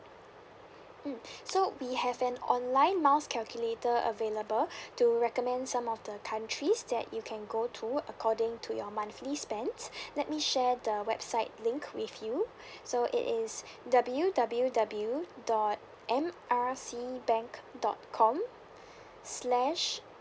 mm so we have an online miles calculator available to recommend some of the countries that you can go to according to your monthly spends let me share the website link with you so it is W W W dot M R C bank dot com slash